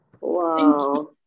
Wow